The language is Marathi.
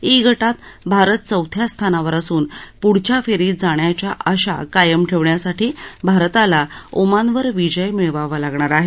इ ग ात भारत चौथ्या स्थानावर असून पुढच्या फेरीत जाण्याच्या आशा कायम ठेवण्यासाठी भारताला ओमानवर विजय मिळवावा लागणार आहे